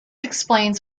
explains